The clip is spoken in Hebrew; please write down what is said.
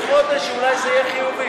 בחודש, ואולי זה יהיה חיובי.